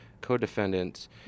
co-defendants